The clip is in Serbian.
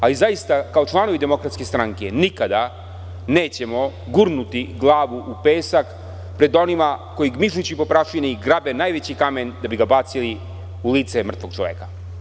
Ali, kao članovi DS, nikada nećemo gurnuti glavu u pesak pred onima koji gmižući po prašini grabe najveći kamen da bi ga bacili u lice mrtvog čoveka.